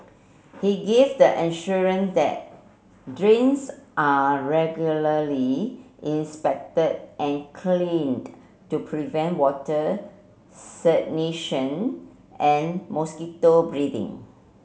he gave the that drains are regularly inspected and cleaned to prevent water stagnation and mosquito breeding